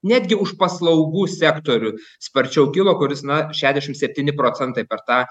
netgi už paslaugų sektorių sparčiau kilo kur jis na šešiasdešim septyni procentai per tą